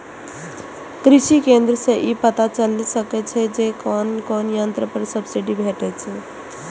कृषि केंद्र सं ई पता चलि सकै छै जे कोन कोन यंत्र पर सब्सिडी भेटै छै